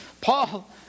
Paul